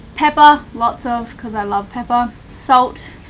pepper, lots of, cause i love pepper, salt,